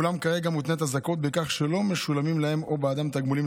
אולם כרגע מותנית הזכאות בכך שלא משולמים להם או בעדם תגמולים